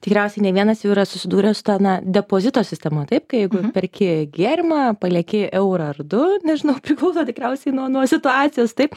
tikriausiai ne vienas jau yra susidūręs su ta na depozito sistema taip kai jeigu perki gėrimą palieki eurą ar du nežinau priklauso tikriausiai nuo nuo situacijos taip